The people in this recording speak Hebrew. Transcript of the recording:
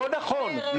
לא נכון.